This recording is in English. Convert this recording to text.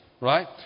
right